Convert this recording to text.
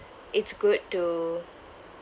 it's good to